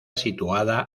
situada